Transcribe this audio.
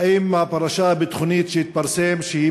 האם הפרשה הביטחונית שהתפרסם בימים האחרונים שהיא